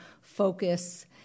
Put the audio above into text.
focus